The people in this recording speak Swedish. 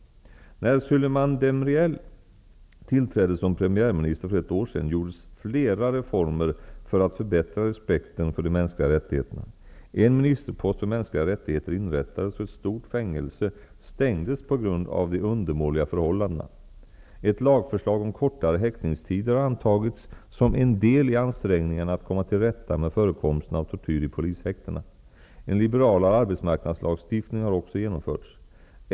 När Süleyman Demirel tillträdde som premiärminister för ett år sedan gjordes flera reformer för att förbättra respekten för de mänskliga rättigheterna. En ministerpost för mänskliga rättigheter inrättades och ett stort fängelse stängdes på grund av de undermåliga förhållandena. Ett lagförslag om kortare häktningstider har antagits som en del i ansträngningarna att komma till rätta med förekomsten av tortyr i polishäktena. En liberalare arbetsmarknadslagstiftning har också genomförts.